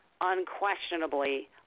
unquestionably